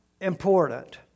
important